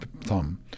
thumb